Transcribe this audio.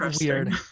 weird